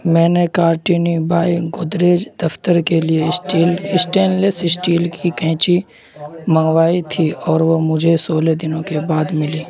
میں نے Cartini by Godrej دفتر کے لیے سٹیل سٹینلیس سٹیل کی قینچی منگوائی تھی اور وہ مجھے سولہ دنوں کے بعد ملی